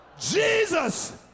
Jesus